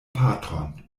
patron